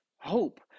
hope